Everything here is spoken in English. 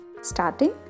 starting